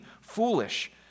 foolish